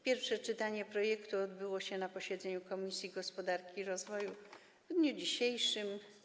Pierwsze czytanie projektu odbyło się na posiedzeniu Komisji Gospodarki i Rozwoju w dniu dzisiejszym.